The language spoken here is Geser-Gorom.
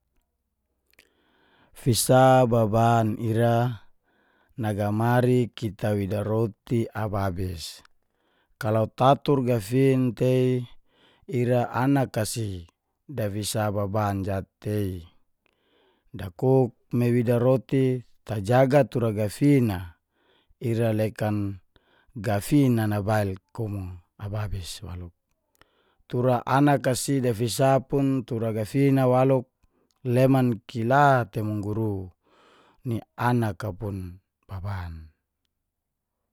Fisa baban ira, nagamari kita wida roti ababis kalau tatur gafin tei ira anak a si dafisa baban jatei. Dakuk me wida roti tajaga tura gafin a ira lekan gafin a nabail kumu ababis waluk. Tura anak si dafisa pun tura gafin a waluk, leman kila te mungguru nia anak pun baban.